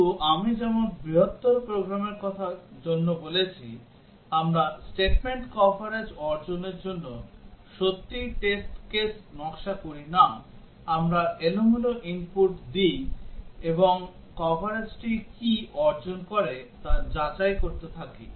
কিন্তু আমি যেমন বৃহত্তর প্রোগ্রামের জন্য বলেছি আমরা statement কভারেজ অর্জনের জন্য সত্যিই টেস্ট কেস নকশা করি না আমরা এলোমেলো input দেই এবং কভারেজটি কী অর্জন করে তা যাচাই করতে থাকি